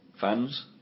fans